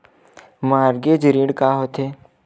Mortgage ऋण का होथे?